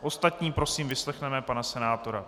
Ostatní prosím, vyslechněme pana senátora.